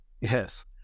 Yes